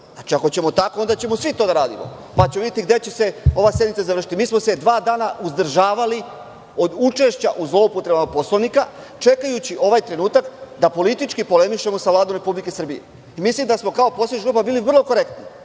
poruke. Ako ćemo tako, onda ćemo svi to da radimo, pa ćemo videti gde će se ova sednica završiti. Mi smo se dva dana uzdržavali od učešća u zloupotrebama Poslovnika čekajući ovaj trenutak da politički polemišemo sa Vladom Republike Srbije. Mislim da smo kao poslanička grupa bili vrlo korektni.